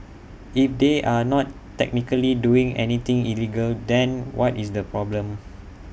if they are not technically doing anything illegal then what is the problem